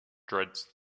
dreads